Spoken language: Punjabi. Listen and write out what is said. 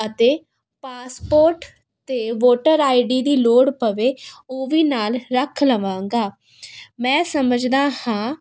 ਅਤੇ ਪਾਸਪੋਰਟ ਅਤੇ ਵੋਟਰ ਆਈਡੀ ਦੀ ਲੋੜ ਪਵੇ ਉਹ ਵੀ ਨਾਲ ਰੱਖ ਲਵਾਂਗਾ ਮੈਂ ਸਮਝਦਾ ਹਾਂ